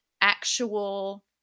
actual